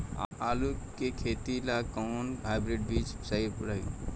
आलू के खेती ला कोवन हाइब्रिड बीज सही रही?